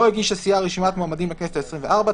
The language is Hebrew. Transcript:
לא הגישה סיעה רשימת מועמדים לכנסת העשרים וארבע,